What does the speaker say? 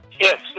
Yes